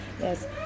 yes